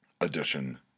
Edition